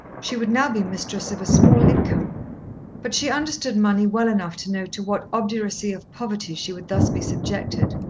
she would now be mistress of a small income but she understood money well enough to know to what obduracy of poverty she would thus be subjected.